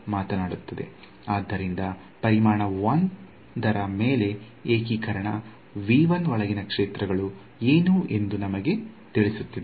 ಆದ್ದರಿಂದ ಪರಿಮಾಣ 1 ರ ಮೇಲೆ ಏಕೀಕರಣ ಒಳಗಿನ ಕ್ಷೇತ್ರಗಳು ಏನು ಎಂದು ನಮಗೆ ತಿಳಿಸುತ್ತಿದೆ